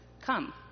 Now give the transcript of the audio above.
come